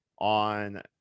on